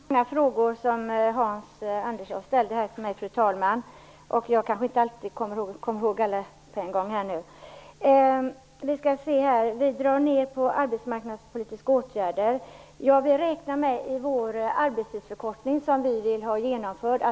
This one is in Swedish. Fru talman! Det var många frågor som Hans Andersson ställde till mig, så jag kanske inte kan komma ihåg alla på en gång här nu. En fråga gällde att vi drar ned på arbetsmarknadspolitiska åtgärder. Vi vill ju ha en generell arbetstidsförkortning genomförd.